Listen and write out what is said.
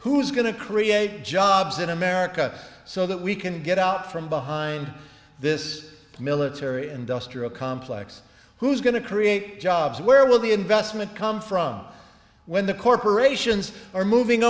who's going to create jobs in america so that we can get out from behind this military industrial complex who's going to create jobs where will the investment come from when the corporations are moving